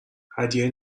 هدیه